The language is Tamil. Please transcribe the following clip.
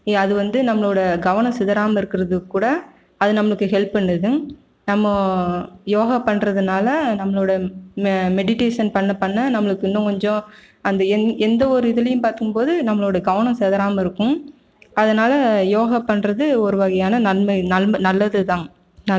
அது வந்து நம்மளோட கவனம் சிதறாமல் இருக்குறதுக்கு கூட அது நம்மளுக்கு ஹெல்ப் பண்ணுது நம்ம யோகா பண்றதுனால நம்மளோட மெ மெடிட்டேஷன் பண்ண பண்ண நம்மளுக்கு இன்னும் கொஞ்சம் அந்த எந் எந்த ஒரு இதுலையும் பார்க்கும்போது நம்மளோட கவனம் சிதறாம இருக்கும் அதனால் யோகா பண்ணுறது ஒரு வகையான நன்மை நல் நல்லதுதான்